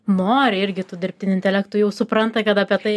nori irgi tų dirbtiniu intelektu jau supranta kad apie tai